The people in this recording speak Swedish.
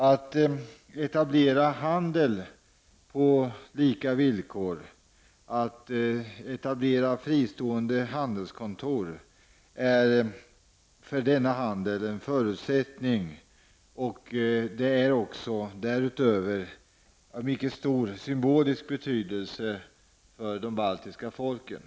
Att etablera handel på lika villkor, att etableta fristående handelskontor är för denna process en förutsättning, och det är också av mycket stor symbolisk betydelse för de baltiska folken.